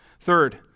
Third